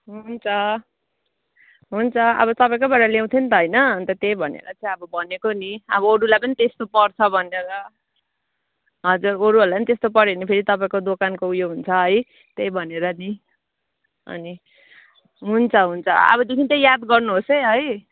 हुन्छ हुन्छ अब तपाईँकोबाट ल्याउँथ्यौँ नि त होइन अन्त त्यही भनेर चाहिँ अब भनेको नि अब अरूलाई पनि त्यस्तो पर्छ भनेर हजुर अरूहरूलाई पनि त्यस्तो पऱ्यो भने फेरि तपाईँको दोकानको उयो हुन्छ है त्यही भनेर नि अनि हुन्छ हुन्छ अबदेखि चाहिँ याद गर्नुहोस् है है